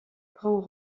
prend